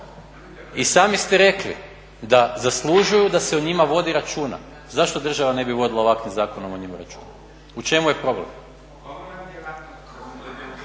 i sami ste rekli da zaslužuju da se o njima vodi računa. Zašto država ne bi vodila ovakvim zakonom o njima računa? U čemu je problem.